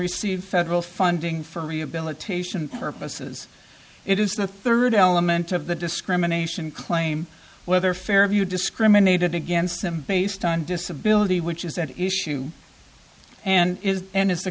receive federal funding for rehabilitation purposes it is the third element of the discrimination claim whether fairview discriminated against him based on disability which is at issue and is and is the